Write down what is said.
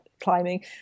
climbing